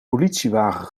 politiewagen